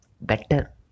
better